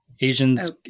Asians